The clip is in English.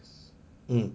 mm